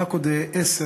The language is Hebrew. ורק בעוד עשר